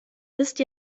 wisst